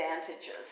advantages